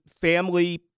family